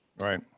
right